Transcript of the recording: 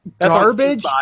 garbage